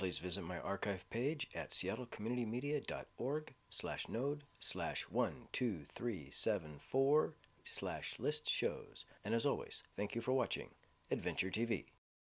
please visit my archive page at seattle community media dot org slash node slash one two three seven four slash list shows and as always thank you for watching adventure t